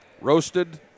roasted